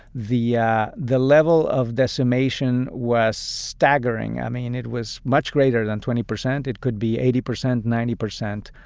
the yeah the level of decimation was staggering. i mean, it was much greater than twenty percent. it could be eighty percent, ninety percent.